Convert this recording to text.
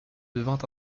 devint